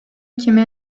kime